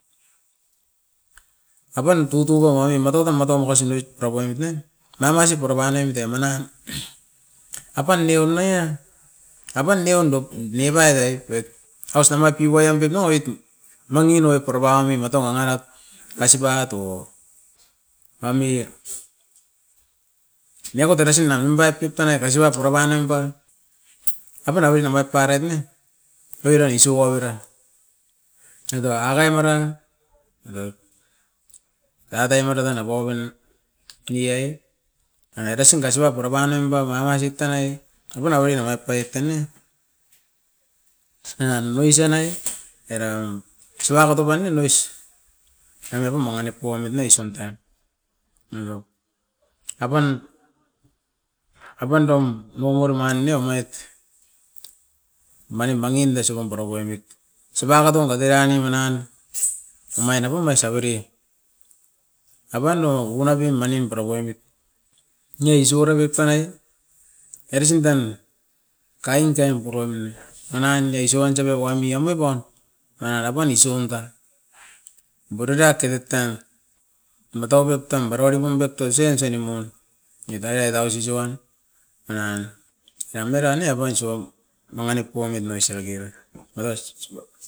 Apan tutugo manim mataut tam matau makasin oit pura poimit ne. Mamasi purapa ainemit e manan a pan neumeia, apan neon bop nibai doi voit aus na mati waiam bep noa itu. Mangin oi pura pauami matao a nadat isiparait o pami niakot eresin na nimpait pep tanai kosipat oiran nam nimpa, apan abit amait tarait ne oiran isuko roira. Nanga ta akai mara, eva top tatai maratan a bopin tuiai nanga erasin rasin ba pura panoim pep amasit tanai apuna bep toiet tanai. Manan oroisio nai era raun o sipak oto pan ne nois ande pum mangi nip pouamit ne isoun tan, aveu apan, apanduam moamorio mani omait manim mangin de isopum pura poimit. Sipaka tuan kati aine manan omain a pum ai sabiri, apaindo mukunat pim manin pura poimit. Nois ewara pep tanai eresin tan kain kem puroim iin, manan isouan sebe kuami amui pan. Nanga era pan isoun dan, boritat erit tan matau pep tan barorimuim bep toi sian soi nimun, edai ai dai ausi si wan manan, eram era ne avai isoam. Mangi nip poimit nois era kera mara ausipan.